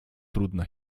trudna